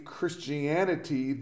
Christianity